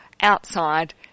outside